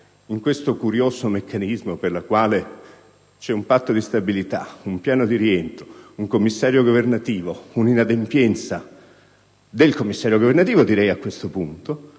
in questo curioso meccanismo, per il quale c'è un Patto di stabilità, un piano di rientro, un Commissario governativo, un'inadempienza - direi a questo punto